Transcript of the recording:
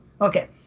Okay